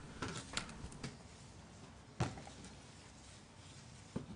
הישיבה ננעלה בשעה 11:07.